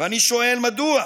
ואני שואל: מדוע?